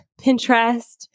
Pinterest